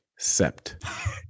sept